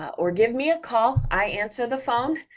or give me a call, i answer the phone,